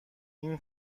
این